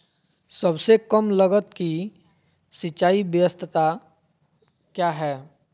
सबसे कम लगत की सिंचाई ब्यास्ता क्या है?